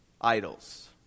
idols